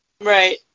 Right